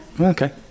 Okay